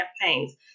campaigns